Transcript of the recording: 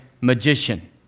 magician